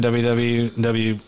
www